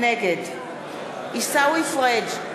נגד עיסאווי פריג'